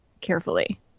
carefully